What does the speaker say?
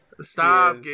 Stop